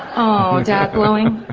um dad blowing.